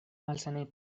malsaneta